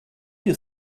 you